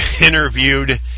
interviewed